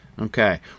okay